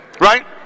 Right